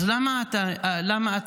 אם באמת